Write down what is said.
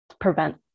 prevent